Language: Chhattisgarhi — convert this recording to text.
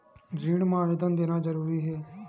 ऋण मा आवेदन देना जरूरी हे?